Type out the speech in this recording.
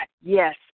Yes